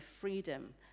freedom